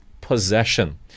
possession